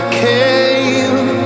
came